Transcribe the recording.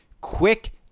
quick